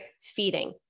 Feeding